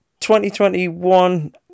2021